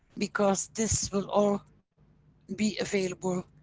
because this will all be available